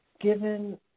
given